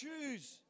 choose